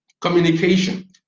communication